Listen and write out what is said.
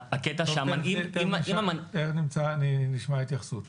הקטע שאם המנהיג --- תכף נשמע התייחסות.